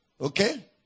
okay